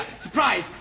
surprise